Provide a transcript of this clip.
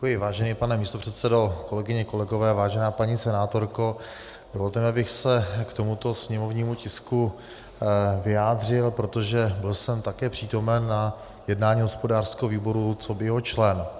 Vážený pane místopředsedo, kolegyně, kolegové, vážená paní senátorko, dovolte mi, abych se k tomuto sněmovnímu tisku vyjádřil, protože byl jsem také přítomen na jednání hospodářského výboru coby jeho člen.